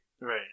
Right